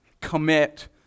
commit